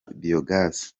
biyogazi